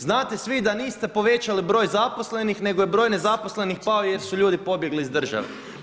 Znate svi da niste povećali broj zaposlenih, nego je broj nezaposlenih pao je r su ljudi pobjegli iz države.